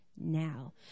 now